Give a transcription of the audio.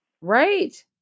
Right